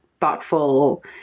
thoughtful